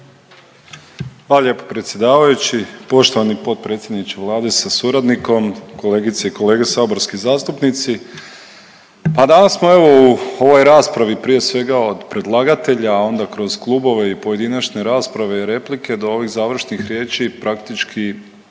Hvala lijepo predsjedavajući. Poštovani potpredsjedniče Vlade sa suradnikom, kolegice i kolege saborski zastupnici. Pa danas smo evo u ovoj raspravi prije svega od predlagatelja, a onda kroz klubove i pojedinačne rasprave i replike do ovih završnih riječi praktički